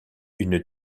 une